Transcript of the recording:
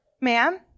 Ma'am